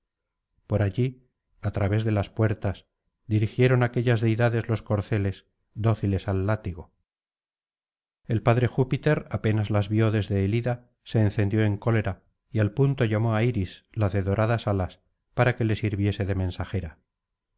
por allí á través de las puertas dirigieron aquellas deidades los corceles dóciles al látigo el padre júpiter apenas las vio desde el ida se encendió en cólera y al punto llamó á iris la de doradas alas para que le sirviese de mensajera